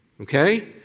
Okay